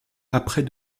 après